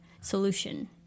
solution